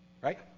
right